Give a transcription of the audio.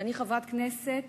אני חברת כנסת